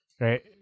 right